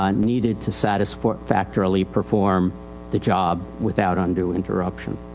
ah needed to satisfactorily perform the job without undue interruption.